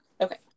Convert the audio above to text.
Okay